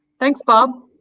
thanks bob.